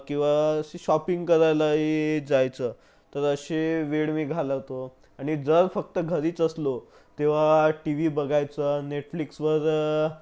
किंवा असं शॉपिंग करायलाही जायचं तर अशी वेळ मी घालवतो आणि जर फक्त घरीच असलो तेव्हा टी वी बघायचा नेटफ्लिक्सवर